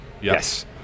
Yes